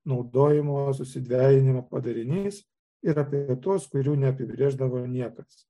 naudojimo susidvejinimo padarinys ir apie tuos kurių neapibrėždavo niekas